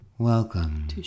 Welcome